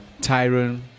Tyron